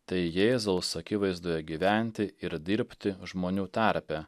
tai jėzaus akivaizdoje gyventi ir dirbti žmonių tarpe